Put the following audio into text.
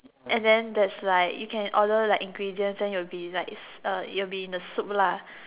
and then there's like you can order like ingredients then it'll be like it's uh it'll be in the soup lah